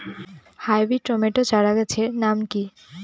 Hybrid tomato চারাগাছের নাম কি?